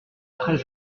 très